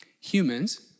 Humans